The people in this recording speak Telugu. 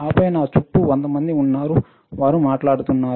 ఆపై నా చుట్టూ 100 మంది ఉన్నారు వారు మాట్లాడుతున్నారు